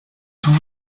toda